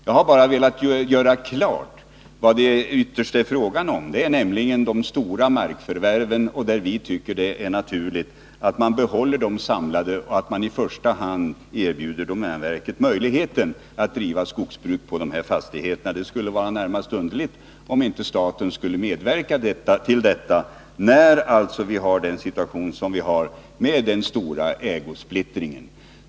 Jag har bara velat göra klart vad det ytterst är fråga om, nämligen de stora markförvärv där vi tycker att det är naturligt att behålla arealerna samlade och i första hand erbjuda | domänverket att driva skogsbruk på fastigheterna. Det skulle närmast vara underligt om inte staten medverkade till detta, när vi har den situation som vi | har med denna stora ägosplittring.